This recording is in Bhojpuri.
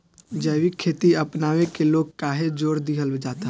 जैविक खेती अपनावे के लोग काहे जोड़ दिहल जाता?